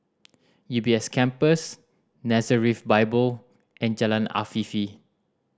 U B S Campus Nazareth Bible and Jalan Afifi